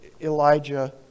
Elijah